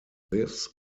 this